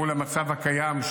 מול המצב הקיים,